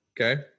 Okay